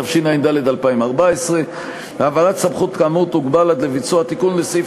התשע"ד 2014. העברת הסמכות כאמור תוגבל עד לביצוע תיקון לסעיף